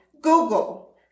Google